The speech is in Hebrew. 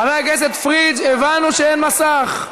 חבר הכנסת פריג', הבנו שאין מסך.